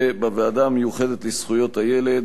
בוועדה המיוחדת לזכויות הילד,